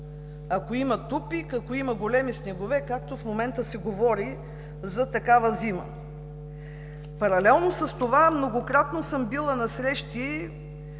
ако има тупик, ако има големи снегове, както в момента се говори за такава зима. Паралелно с това многократно съм била на срещи,